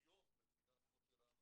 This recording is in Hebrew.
עליון במדינה כמו שלנו